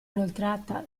inoltrata